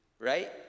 right